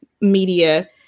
media